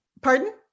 pardon